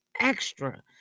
extra